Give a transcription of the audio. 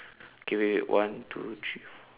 okay wait wait one two three four